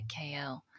KL